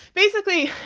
basically,